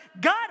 God